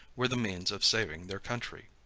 were the means of saving their country.